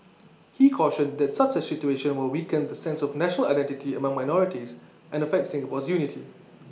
he cautioned that such A situation will weaken the sense of national identity among minorities and affect Singapore's unity